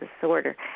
disorder